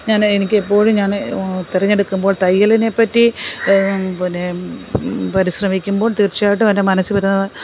ഞാൻ എനിക്ക് എപ്പോഴും ഞാൻ തിരഞ്ഞെടുക്കുമ്പോൾ തയ്യലിനെ പറ്റി പിന്നെ പരിശ്രമിക്കുമ്പോൾ തീർച്ചയായിട്ടും എൻ്റെ മനസ്സിൽ വരുന്നത്